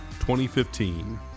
2015